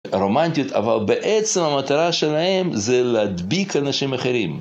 רומנטיות, אבל בעצם המטרה שלהם זה להדביק אנשים אחרים.